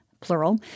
plural